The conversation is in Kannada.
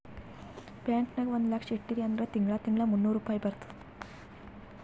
ಬ್ಯಾಂಕ್ ನಾಗ್ ಒಂದ್ ಲಕ್ಷ ಇಟ್ಟಿರಿ ಅಂದುರ್ ತಿಂಗಳಾ ತಿಂಗಳಾ ಮೂನ್ನೂರ್ ರುಪಾಯಿ ಬರ್ತುದ್